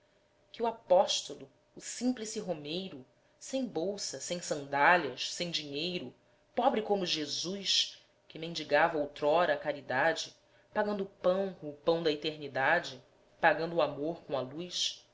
que o apóstolo o símplice romeiro sem bolsa sem sandálias sem dinheiro pobre como jesus que mendigava outrora à caridade pagando o pão com o pão da eternidade pagando o amor com a luz